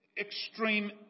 extreme